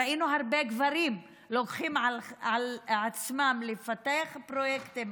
ראינו שהרבה גברים לוקחים על עצמם לפתח פרויקטים